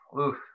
Oof